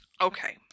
Okay